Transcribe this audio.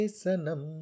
sanam